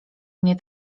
mnie